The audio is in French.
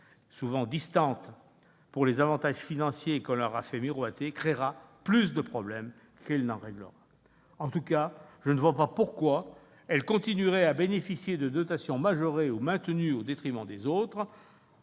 motivée par les seuls avantages financiers qu'on leur a fait miroiter, créera plus de problèmes qu'elle n'en réglera. Tout à fait ! En tout cas, je ne vois pas pourquoi ces communes continueraient à bénéficier de dotations majorées ou maintenues au détriment des autres